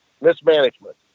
Mismanagement